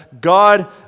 God